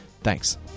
Thanks